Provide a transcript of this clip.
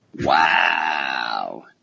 Wow